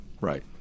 right